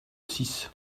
six